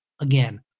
Again